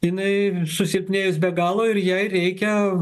jinai susilpnėjus be galo ir jai reikia